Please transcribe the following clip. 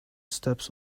steps